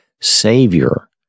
Savior